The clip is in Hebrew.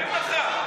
אנחנו מפריעים לך?